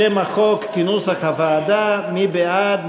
שם החוק כנוסח הוועדה מי בעד?